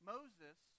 Moses